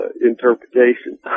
interpretation